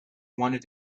wanted